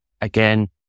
again